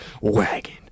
wagon